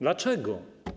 Dlaczego?